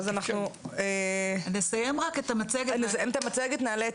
אנחנו נסיים את המצגת, נעלה את